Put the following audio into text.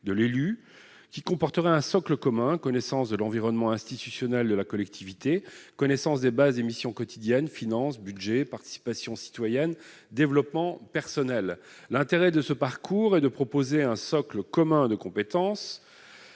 Cette formation comprenait un socle commun : connaissance de l'environnement institutionnel de la collectivité, connaissance des bases des missions quotidiennes- finances, budget, participation citoyenne ...-, développement personnel. Tout l'intérêt de ce parcours résidait dans un socle commun de compétences